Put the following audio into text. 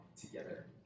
together